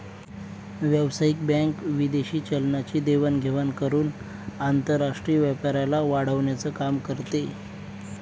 व्यावसायिक बँक विदेशी चलनाची देवाण घेवाण करून आंतरराष्ट्रीय व्यापाराला वाढवण्याचं काम करते